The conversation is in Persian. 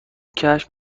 کشف